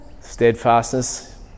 Steadfastness